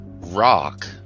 rock